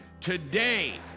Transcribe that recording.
today